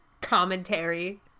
commentary